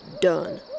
done